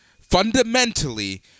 fundamentally